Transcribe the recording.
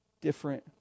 different